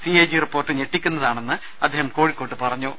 CAG report ഞെട്ടിക്കുന്നതാണെന്നും അദ്ദേഹം കോഴിക്കോട്ട് പറഞ്ഞു